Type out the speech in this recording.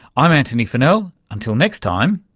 i'm antony funnell. until next time,